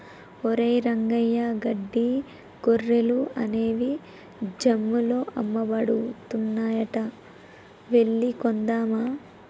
ఒరేయ్ రంగయ్య గడ్డి గొర్రెలు అనేవి జమ్ముల్లో అమ్మబడుతున్నాయంట వెళ్లి కొందామా